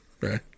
right